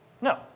No